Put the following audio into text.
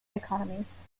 economies